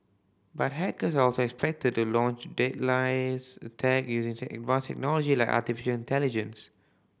but hackers are also expected to launch deadlier's attack using advanced technology like artificial intelligence